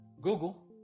Google